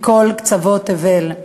מכל קצוות תבל.